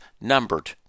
numbered